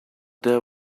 there